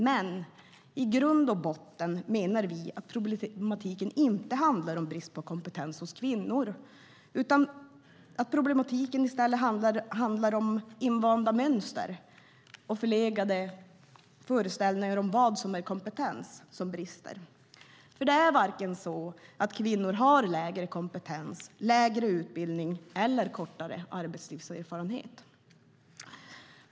Men i grund och botten menar vi att problematiken inte handlar om brist på kompetens hos kvinnor utan att problematiken i stället handlar om invanda mönster och förlegade föreställningar om vilken kompetens som det är brist på. För det är inte så att kvinnor har vare sig lägre kompetens, lägre utbildning eller kortare arbetslivserfarenhet.